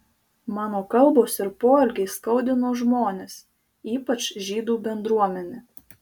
mano kalbos ir poelgiai skaudino žmones ypač žydų bendruomenę